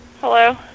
Hello